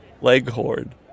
Leghorn